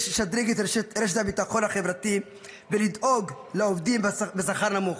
יש לשדרג את רשת הביטחון החברתי ולדאוג לעובדים בשכר נמוך.